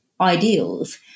ideals